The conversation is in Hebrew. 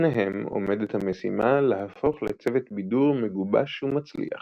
בפניהם עומדת המשימה להפוך לצוות בידור מגובש ומצליח.